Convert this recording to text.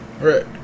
Right